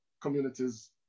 communities